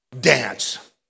Dance